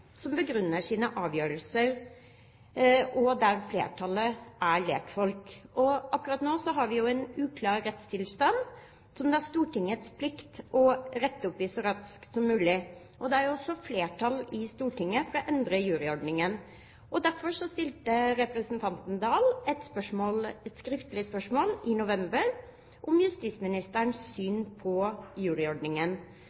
som begrunner sine avgjørelser og der flertallet er lekfolk. Akkurat nå har vi en uklar rettstilstand, som det er Stortingets plikt å rette opp i så raskt som mulig. Det er også flertall i Stortinget for å endre juryordningen. Derfor stilte representanten Oktay Dahl et skriftlig spørsmål i november om justisministerens